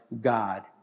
God